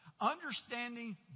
Understanding